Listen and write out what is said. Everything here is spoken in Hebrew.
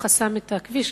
הוא חסם את הכביש,